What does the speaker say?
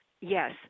Yes